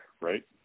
right